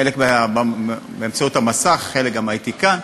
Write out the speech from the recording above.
חלק באמצעות המסך, גם הייתי כאן.